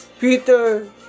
peter